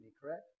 correct